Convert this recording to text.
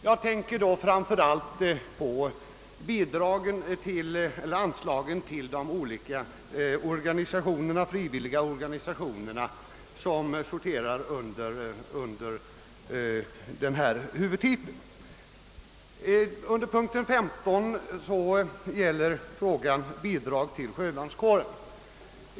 Jag tänker då framför allt på anslagen till de olika frivilliga organisationer som sorterar under fjärde huvudtiteln. Punkten 15 gäller bidrag till sjövärnskåren.